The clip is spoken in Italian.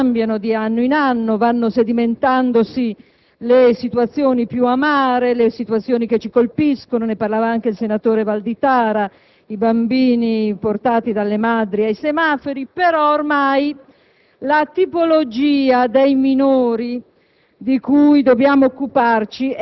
problema di eccezionale gravità e anche di eccezionale novità. Le cose cambiano di anno in anno, vanno sedimentandosi le situazioni più amare, le situazioni che ci colpiscono (ne parlava anche il senatore Valditara), come i bambini portati dalle madri ai semafori, ma ormai